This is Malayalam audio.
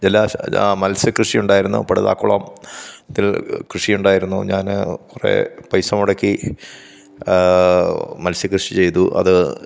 ജലാഷ് ആ മത്സ്യക്കൃഷി ഉണ്ടായിരുന്നു പടുതാക്കുളം ത്തില് കൃഷി ഉണ്ടായിരുന്നു ഞാന് കുറെ പൈസ മുടക്കി മത്സ്യക്കൃഷി ചെയ്തു അത്